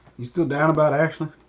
you still down about ashley?